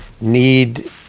need